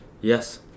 Yes